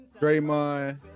Draymond